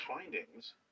findings